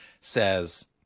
says